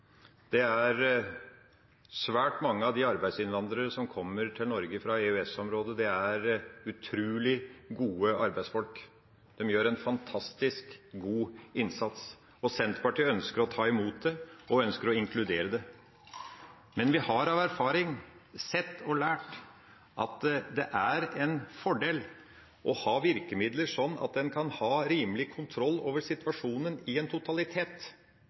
Det er svært mange av de arbeidsinnvandrerne som kommer til Norge fra EØS-området, som er utrolig gode arbeidsfolk. De gjør en fantastisk god innsats, og Senterpartiet ønsker å ta imot dem og inkludere dem. Men vi har gjennom erfaring sett og lært at det er en fordel å ha virkemidler som gjør at en har rimelig kontroll over situasjonen i en totalitet,